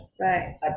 right